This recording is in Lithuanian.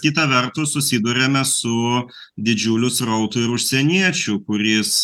kita vertus susiduriame su didžiuliu srautu ir užsieniečių kuris